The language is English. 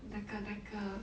那个那个